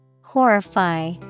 Horrify